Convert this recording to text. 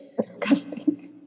disgusting